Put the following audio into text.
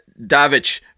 Davic